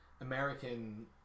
American